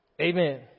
Amen